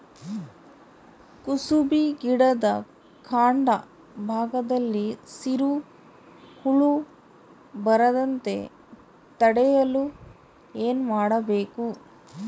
ಕುಸುಬಿ ಗಿಡದ ಕಾಂಡ ಭಾಗದಲ್ಲಿ ಸೀರು ಹುಳು ಬರದಂತೆ ತಡೆಯಲು ಏನ್ ಮಾಡಬೇಕು?